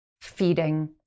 feeding